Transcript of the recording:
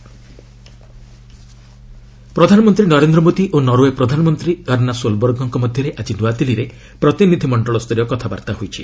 India Norway ପ୍ରଧାନମନ୍ତ୍ରୀ ନରେନ୍ଦ୍ର ମୋଦି ଓ Norway ପ୍ରଧାନମନ୍ତ୍ରୀ ଏର୍ଷ୍ଣା ସୋଲବର୍ଗଙ୍କ ମଧ୍ୟରେ ଆଜି ନୂଆଦିଲ୍ଲୀରେ ପ୍ରତିନିଧିମଣ୍ଡଳ ସ୍ତରୀୟ କଥାବାର୍ତ୍ତା ହୋଇଛି